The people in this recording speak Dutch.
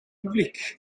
publiek